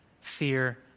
fear